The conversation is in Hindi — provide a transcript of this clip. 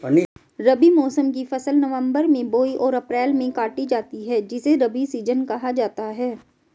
रबी मौसम की फसल नवंबर में बोई और अप्रैल में काटी जाती है जिसे रबी सीजन कहा जाता है